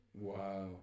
Wow